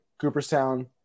Cooperstown